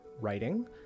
writing